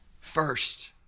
First